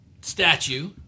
statue